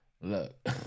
Look